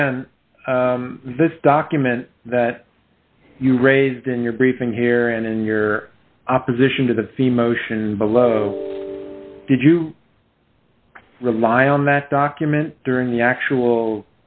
chen this document that you raised in your briefing here and in your opposition to the fee motion below did you rely on that document during the actual